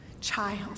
child